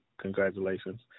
congratulations